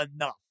enough